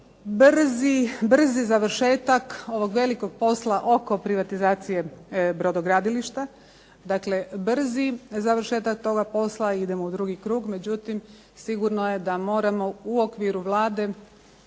brzi završetak ovog velikog posla oko privatizacije brodogradilišta. Dakle, brzi završetak toga posla, idemo u drugi krug. Međutim sigurno je da moramo u okviru Vlade,